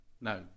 No